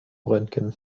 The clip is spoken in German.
röntgen